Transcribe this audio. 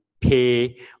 pay